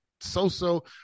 so-so